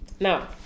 Now